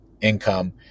income